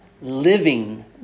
Living